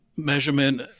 measurement